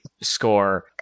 score